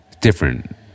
Different